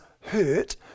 hurt